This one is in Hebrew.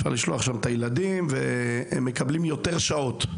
אפשר לשלוח לשם את הילדים והם מקבלים יותר שעות.